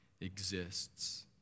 exists